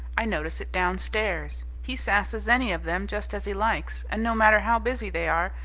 i notice it downstairs. he sasses any of them just as he likes and no matter how busy they are,